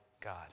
God